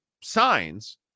signs